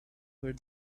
where